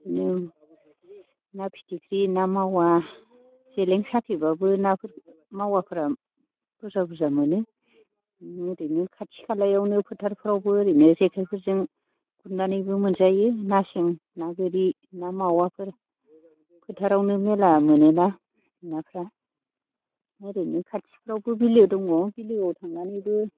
बिदिनो ना फिथिग्रि ना मावा जेलें साथेबाबो ना मावाफ्रा बुरजा बुरजा मोनो ओरैनो खाथि खालायावनो फोथारफोरावबो ओरैनो जेखाइफोरजों गुरनानैबो मोनजायो ना सिंंगि ना गोरि ना मावाफोर फोथारावनो मेल्ला मोनोना नाफोरा ओरैनो खाथिफ्रावबो बिलो दङ बिलोआव थांनानैबो